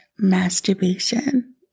masturbation